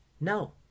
no